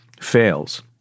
fails